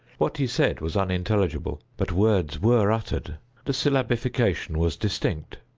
what he said was unintelligible, but words were uttered the syllabification was distinct.